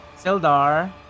Sildar